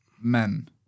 Men